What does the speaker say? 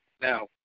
now